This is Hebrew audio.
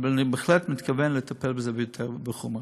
אני בהחלט מתכוון לטפל בזה בחומרה.